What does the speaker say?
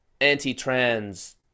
anti-trans